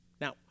now